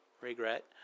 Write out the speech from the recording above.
regret